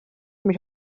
mich